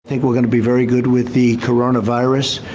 think we're going to be very good with the coronavirus.